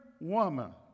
woman